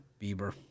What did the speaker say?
Bieber